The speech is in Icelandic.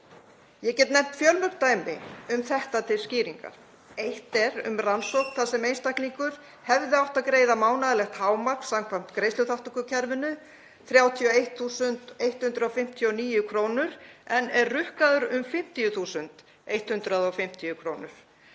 Ég get nefnt fjölmörg dæmi um þetta til skýringar. Eitt er um rannsókn þar sem einstaklingur hefði átt að greiða mánaðarlegt hámark samkvæmt greiðsluþátttökukerfinu, 31.159 kr., en er rukkaður um 50.150 kr.,